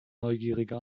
neugierige